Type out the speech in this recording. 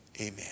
Amen